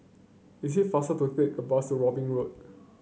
it is faster to take the bus Robin Road